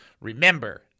remember